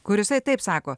kur jisai taip sako